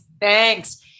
Thanks